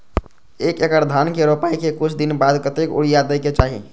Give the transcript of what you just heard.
एक एकड़ धान के रोपाई के कुछ दिन बाद कतेक यूरिया दे के चाही?